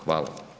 Hvala.